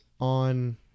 on